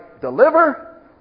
deliver